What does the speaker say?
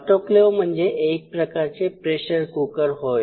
autoclave म्हणजे एक प्रकारचे प्रेशर कुकर होय